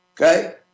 okay